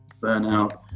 burnout